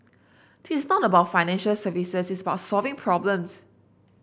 this not about financial services it's about solving problems